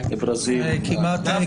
ברזיל, סליחה.